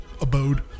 abode